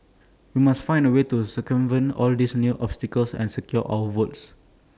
we must find A way to circumvent all these new obstacles and secure our votes